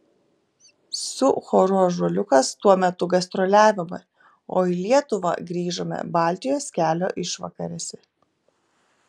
su choru ąžuoliukas tuo metu gastroliavome o į lietuvą grįžome baltijos kelio išvakarėse